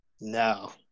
No